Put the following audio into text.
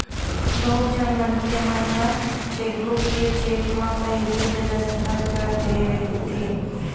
बहुत झन मनखे मन ह चेकबूक के चेक म पहिली ले दस्कत कर दे रहिथे